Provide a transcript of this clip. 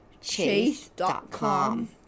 chase.com